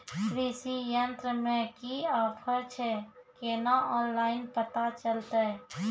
कृषि यंत्र मे की ऑफर छै केना ऑनलाइन पता चलतै?